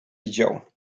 widział